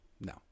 No